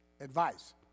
advice